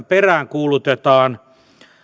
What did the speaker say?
peräänkuulutetaan